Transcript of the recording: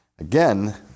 Again